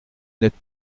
n’êtes